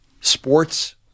Sports